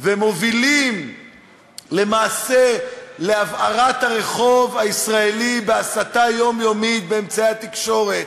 ומובילים למעשה להבערת הרחוב הישראלי בהסתה יומיומית באמצעי התקשורת,